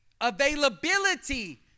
availability